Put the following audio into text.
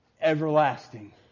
everlasting